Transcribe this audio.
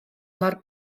mor